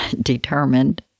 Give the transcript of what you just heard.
determined